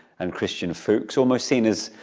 and christian fuchs, almost seen as,